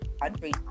country